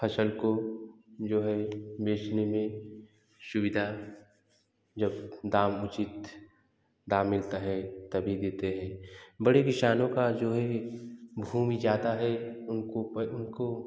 फसल को जो है बेचने में सुविधा जब दाम उचित दाम मिलता है तभी देते हैं बड़े किसानों का जो है भूमि ज़्यादा है उनको उनको